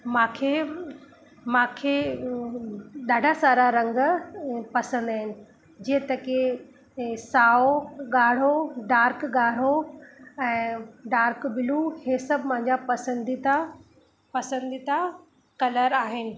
मूंखे मूंखे ॾाढा सारा रंग पसंदि आहिनि जीअं त कि हे साओ ॻाढ़ो डार्क ॻाढ़ो ऐं डार्क ब्लू हे सभु मुंहिंजा पसंदीदा पसंदीदा कलर आहे